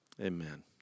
amen